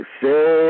say